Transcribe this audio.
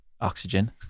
oxygen